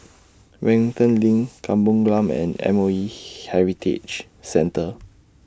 Wellington LINK Kampung Glam and M O E Heritage Centre